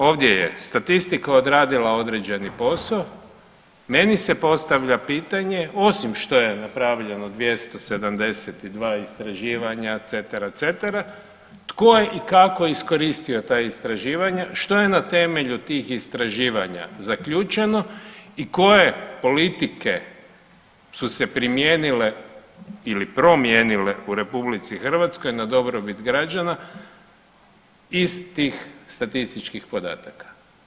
Ovdje je statistika odradila određeni posao, meni se postavlja pitanje osim što je napravljeno 272 istraživanja cetera, cetera, tko je i kako iskoristio ta istraživanja, što je na temelju tih istraživanja zaključeno i koje politike su se primijenile ili promijenile u RH na dobrobit građana iz tih statističkih podataka?